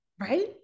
right